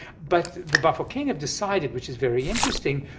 but the bafokeng have decided, which is very interesting,